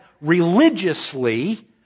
religiously